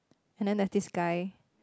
and then there's this guy